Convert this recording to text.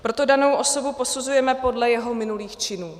Proto danou osobu posuzujeme podle jejích minulých činů.